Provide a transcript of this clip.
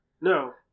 No